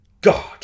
God